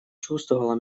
чувствовала